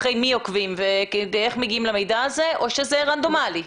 אחרי מי עוקבים ואיך מגיעים למידע הזה או שזה רנדומלי?